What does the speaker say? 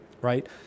right